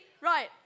right